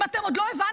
אם אתם עוד לא הבנתם,